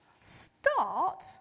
start